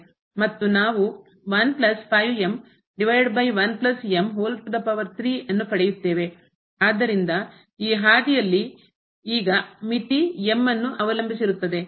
ಮತ್ತು ನಾವು ಆದ್ದರಿಂದ ಈ ಹಾದಿಯಲ್ಲಿ ಈಗ ಮಿತಿ m ನ್ನು ಅವಲಂಬಿಸಿರುತ್ತದೆ